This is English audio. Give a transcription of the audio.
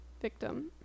victim